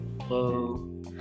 Hello